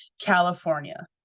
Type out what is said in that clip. california